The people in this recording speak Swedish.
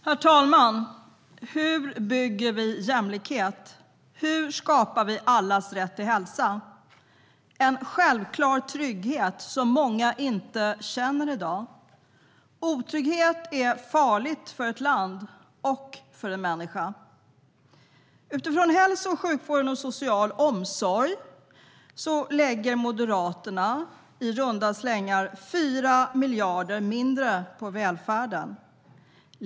Herr talman! Hur bygger vi jämlikhet? Hur skapar vi allas rätt till hälsa? Det är en självklar trygghet som inte så många känner i dag. Otrygghet är farligt för ett land och för en människa. Utifrån hälso och sjukvård samt social omsorg lägger Moderaterna i runda slängar 4 miljarder mindre på välfärden.